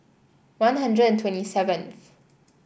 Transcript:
One Hundred and twenty seventh